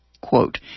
quote